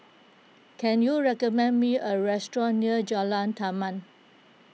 can you recommend me a restaurant near Jalan Taman